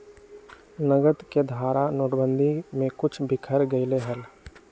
नकद के धारा नोटेबंदी में कुछ बिखर गयले हल